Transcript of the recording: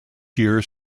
years